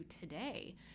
today